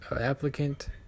applicant